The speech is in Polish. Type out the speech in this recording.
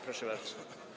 Proszę bardzo.